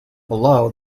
below